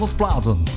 platen